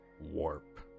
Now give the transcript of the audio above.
warp